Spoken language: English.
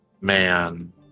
man